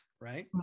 right